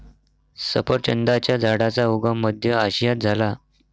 सफरचंदाच्या झाडाचा उगम मध्य आशियात झाला